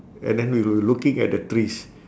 and then we were looking at the trees